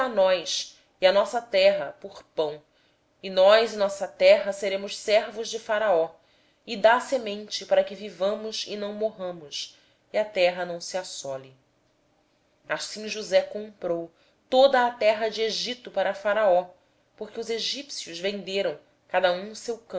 nós e a nossa terra em troca de pão e nós e a nossa terra seremos servos de faraó dá-nos também semente para que vivamos e não morramos e para que a terra não fique desolada assim josé comprou toda a terra do egito para faraó porque os egípcios venderam cada um o seu